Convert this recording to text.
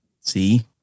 See